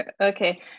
okay